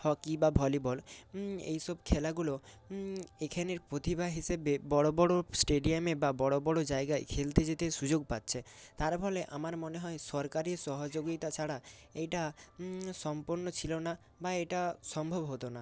hockey বা volleyball এই সব খেলাগুলো এখানের প্রতিভা হিসেবে বড় বড় স্টেডিয়ামে বা বড় বড় জায়গায় খেলতে যেতে সুযোগ পাচ্ছে তার ফলে আমার মনে হয় সরকারি সহযোগিতা ছাড়া এইটা সম্পন্ন ছিল না বা এটা সম্ভব হতো না